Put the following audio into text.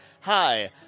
hi